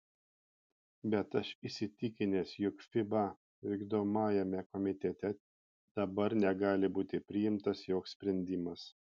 bet aš įsitikinęs jog fiba vykdomajame komitete dabar negali būti priimtas joks sprendimas